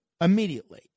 immediately